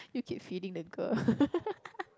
you keep feeding the girl